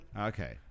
Okay